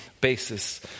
basis